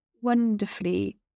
wonderfully